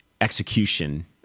execution